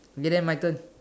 okay then my turn